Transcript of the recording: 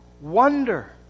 wonder